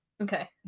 Okay